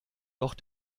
doch